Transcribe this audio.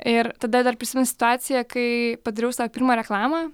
ir tada dar prisimenu situaciją kai padariau sau pirmą reklamą